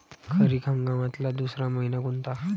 खरीप हंगामातला दुसरा मइना कोनता?